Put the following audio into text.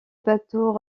bateau